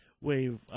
Wave